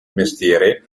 mestiere